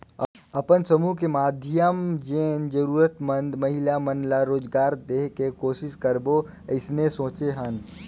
अपन समुह के माधियम जेन जरूरतमंद महिला मन ला रोजगार देहे के कोसिस करबो अइसने सोचे हन